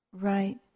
Right